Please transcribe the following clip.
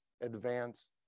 Advance